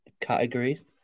categories